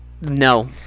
No